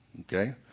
okay